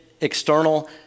external